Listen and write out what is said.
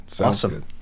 Awesome